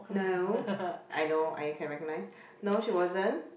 no I know I can recognize no she wasn't